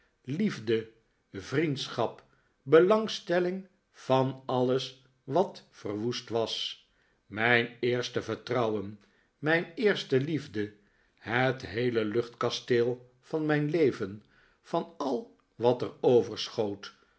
liefde vriendschap belangstelling van alles wat verwoest was mijn eerste vertrouwen mijn eerste liefde het heele luchtkasteel van mijn leven van al wat er overschoot